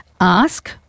ask